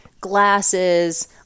glasses